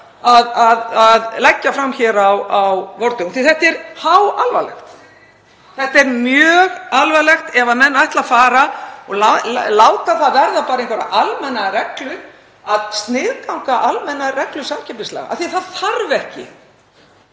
leggja fram hér á vordögum því þetta er háalvarlegt. Það er mjög alvarlegt ef menn ætla að láta það verða bara einhverja almenna reglu að sniðganga almennar reglur samkeppnislaga. Það þarf ekki.